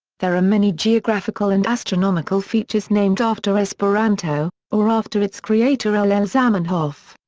there are many geographical and astronomical features named after esperanto, or after its creator l. l. zamenhof.